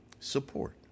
Support